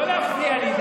לא להפריע לי.